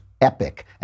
Epic